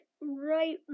right